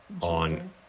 on